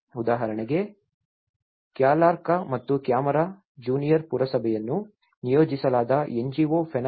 ಉದಾಹರಣೆಗೆ ಕ್ಯಾಲಾರ್ಕಾ ಮತ್ತು ಕ್ಯಾಮಾರಾ ಜೂನಿಯರ್ ಪುರಸಭೆಯನ್ನು ನಿಯೋಜಿಸಲಾದ NGO Fenavip